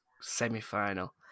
semi-final